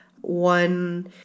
One